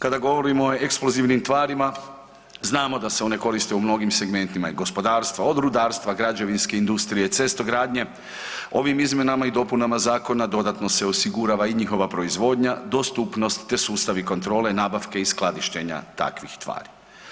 Kada govorimo o eksplozivnim tvarima znamo da se one koriste u mnogim segmentima i gospodarstva, od rudarstva, građevinske industrije, cestogradnje, ovim izmjenama i dopunama zakona dodatno se osigurava i njihova proizvodnja, dostupnost te sustavi kontrole, nabavke i skladištenja takvih tvari.